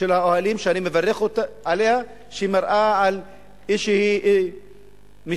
של האוהלים, שאני מברך עליה, שמראה על איזשהו משב